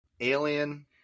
alien